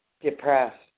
depressed